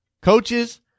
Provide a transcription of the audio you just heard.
Coaches